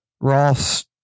Ross